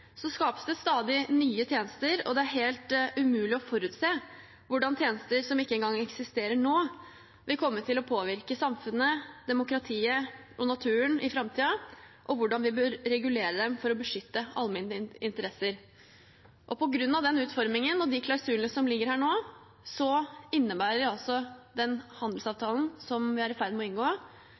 skapes det stadig nye tjenester, og det er helt umulig å forutse hvordan tjenester som ikke engang eksisterer nå, vil komme til å påvirke samfunnet, demokratiet og naturen i framtiden, og hvordan vi bør regulere dem for å beskytte alminnelige interesser. På grunn av den utformingen og de klausulene som ligger her nå, innebærer altså den handelsavtalen som vi er i ferd med å inngå,